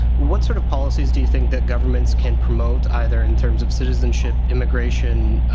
what sort of policies do you think that governments can promote either in terms of citizenship, immigration,